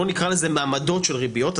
בוא נקרא לזה מעמדות של ריביות,